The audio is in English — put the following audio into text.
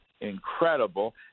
incredible